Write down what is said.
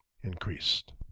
increased